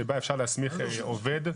שבה אפשר להסמיך עובד כללי,